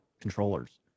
controllers